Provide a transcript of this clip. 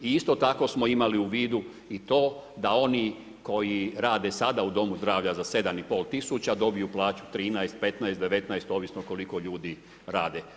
Isto tako smo imali u vidu i to da oni koji rade sada u domu zdravlja za 7 i pol tisuća dobiju plaću 13, 15, 19 ovisno koliko ljudi radi.